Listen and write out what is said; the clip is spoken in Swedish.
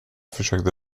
försökte